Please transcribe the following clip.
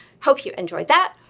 hope you enjoyed that.